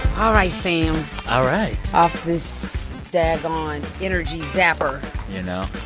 all right, sam all right off this daggone energy zapper you know.